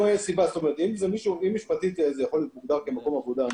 אם משפטית זה יכול להיות מוגדר כמקום עבודה,